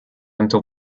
until